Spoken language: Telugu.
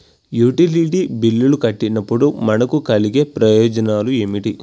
యుటిలిటీ బిల్లులు కట్టినప్పుడు మనకు కలిగే ప్రయోజనాలు ఏమిటి?